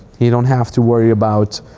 you don't have to worry about